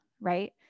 right